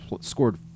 Scored